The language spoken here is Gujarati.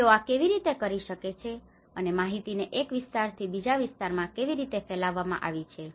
તેઓ આ કેવી રીતે કરી શકે છે અને માહિતીને એક વિસ્તારથી બીજા વિસ્તારમાં કેવી રીતે ફેલાવવામાં આવી છે